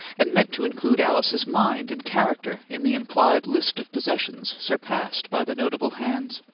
and meant to include alice's mind and character in the implied list of possessions surpassed by the notable hands.